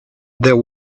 there